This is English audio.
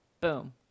Boom